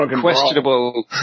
questionable